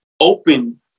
open